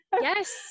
yes